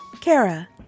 Kara